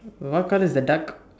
what colour is the duck